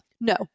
no